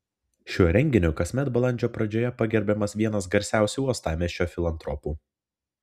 šiuo renginiu kasmet balandžio pradžioje pagerbiamas vienas garsiausių uostamiesčio filantropų